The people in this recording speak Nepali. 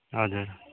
हजुर